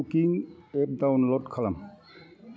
कुकिं app download खालाम